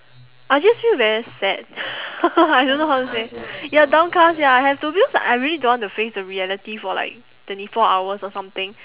I'll just feel very sad I don't how to say ya downcast ya I have to because I really don't want to face the reality for like twenty four hours or something